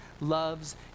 loves